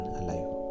alive